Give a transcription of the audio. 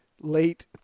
late